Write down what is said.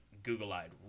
google-eyed